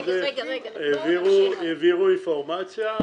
העבירו אינפורמציה,